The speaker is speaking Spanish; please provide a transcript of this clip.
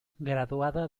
graduada